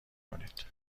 کنید